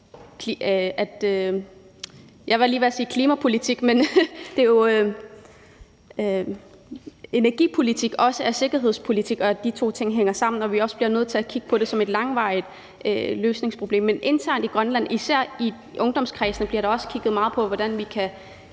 også tidligere sagde, at energipolitik også er sikkerhedspolitik, og at de to ting hænger sammen, og at vi også bliver nødt til at kigge på det som et langvarigt problem at løse. Men internt i Grønland, især i ungdomskredse, bliver der også kigget meget på, hvordan vi kan